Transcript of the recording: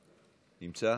נמצא?